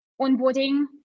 onboarding